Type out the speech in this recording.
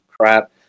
crap